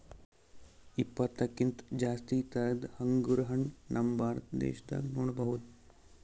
ಇಪ್ಪತ್ತಕ್ಕಿಂತ್ ಜಾಸ್ತಿ ಥರದ್ ಅಂಗುರ್ ಹಣ್ಣ್ ನಮ್ ಭಾರತ ದೇಶದಾಗ್ ನೋಡ್ಬಹುದ್